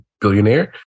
billionaire